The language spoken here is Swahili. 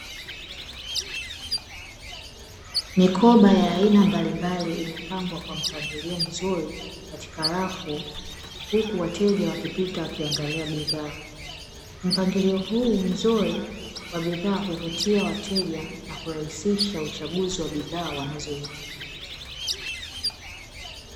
Mikoba ya aina mbalimbali imepangwa kwa mpangilio mzuri katika rafu huku wateja wakipita wakiangalia bidhaa, mpangilio huu mzuri wa bidhaa huvutia wateja na kurahisisha uchaguzi wa bidhaa wanazohitaji.